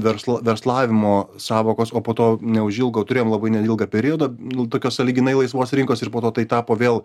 verslo verslavimo sąvokos o po to neužilgo turėjom labai neilgą periodą nu tokios sąlyginai laisvos rinkos ir po to tai tapo vėl